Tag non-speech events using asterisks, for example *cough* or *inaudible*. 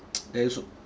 *noise* that's so